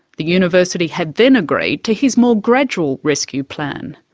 the university had then agreed to his more gradual rescue plan.